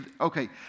okay